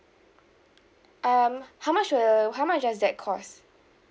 um how much will how much does that cost